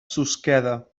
susqueda